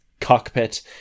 cockpit